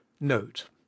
note